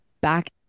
back